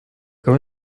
quand